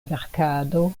verkado